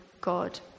God